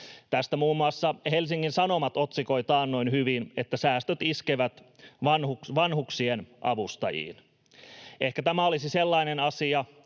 Tästä muun muassa Helsingin Sanomat otsikoi taannoin hyvin, että ”säästöt iskevät vanhuksien avustajiin”. Ehkä tämä olisi sellainen asia,